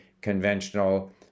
conventional